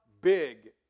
big